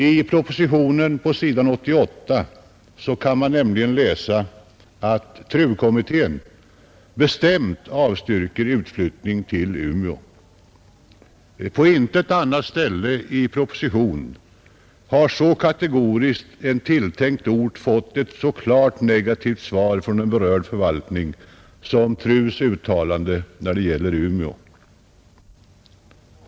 I propositionen, på s. 88, kan man nämligen läsa att TRU-kommittén bestämt avstyrker utflyttning till Umeå, På intet annat ställe i propositionen har så kategoriskt en tilltänkt ort fått ett så klart negativt svar från en berörd förvaltning som Umeå har fått i TRU:s uttalande.